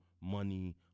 money